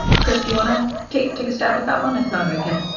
chris, do you want to take take a stab at that? one if not i can.